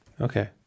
Okay